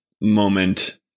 moment